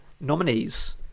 nominees